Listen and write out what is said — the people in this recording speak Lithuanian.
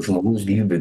žmogaus gyvybė